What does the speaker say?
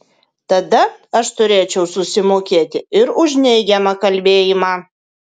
tada aš turėčiau susimokėti ir už neigiamą kalbėjimą